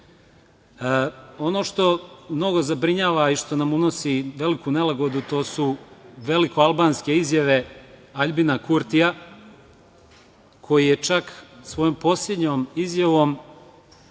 što mnogo zabrinjava i što nam unosili veliku nelagodu su velikoalbanske izjave Aljbina Kurtija koji je čak svojom poslednjom izjavom